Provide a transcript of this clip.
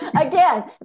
again